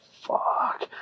fuck